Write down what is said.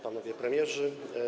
Panowie Premierzy!